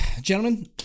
gentlemen